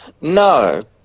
No